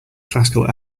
classical